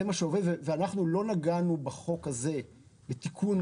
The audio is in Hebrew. אנחנו לא נגענו בחוק הזה בתיקון